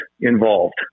involved